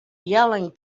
yelling